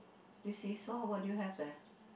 this seesaw what do you have there